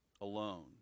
alone